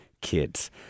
kids